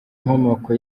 inkomoko